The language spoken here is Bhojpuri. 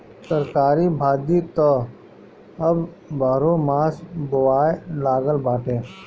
तरकारी भाजी त अब बारहोमास बोआए लागल बाटे